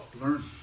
Learn